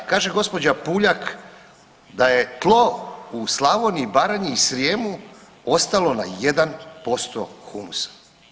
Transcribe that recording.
Kaže gospođa Puljak da je tlo u Slavoniji, Baranji i Srijemu ostalo na 1% humusa.